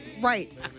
Right